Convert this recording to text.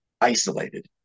isolated